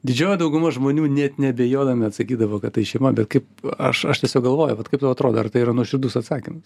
didžioji dauguma žmonių net neabejodami atsakydavo kad tai šeima bet kaip aš aš tiesiog galvoju vat kaip tau atrodo ar tai yra nuoširdus atsakymas